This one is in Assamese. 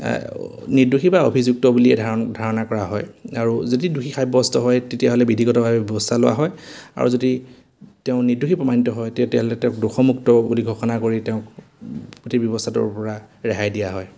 নিৰ্দোষী বা অভিযুক্ত বুলিয়েই ধাৰণ ধাৰণা কৰা হয় আৰু যদি দোষী সাব্যস্ত হয় তেতিয়াহ'লে বিধিগতভাৱে ব্যৱস্থা লোৱা হয় আৰু যদি তেওঁ নিৰ্দোষী প্ৰমাণিত হয় তেতিয়াহ'লে তেওঁক দোষমুক্ত বুলি ঘোষণা কৰি তেওঁক গোটেই ব্যৱস্থাটোৰ পৰা ৰেহাই দিয়া হয়